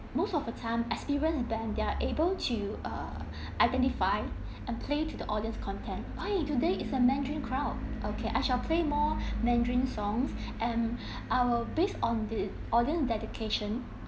most of the time experienced band they're able to err identify and play to the audience content why today is a mandarin crowd okay I shall play more mandarin songs um and I will base on the audience dedication